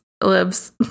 lives